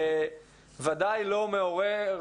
וודאי לא מעורר